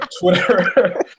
Twitter